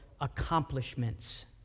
accomplishments